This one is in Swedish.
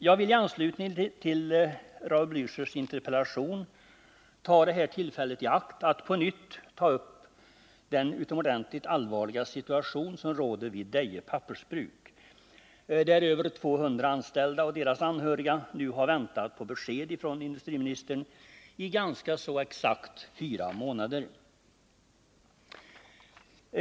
Jag vill i anslutning till Raul Blächers interpellation ta tillfället i akt att på nytt ta upp den utomordentligt allvarliga situation som råder vid Deje pappersbruk, där över 200 anställda och deras anhöriga nu har väntat på besked från industriministern i ganska exakt fyra månader.